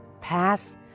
pass